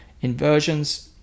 inversions